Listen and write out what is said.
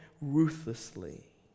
ruthlessly